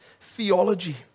theology